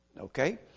okay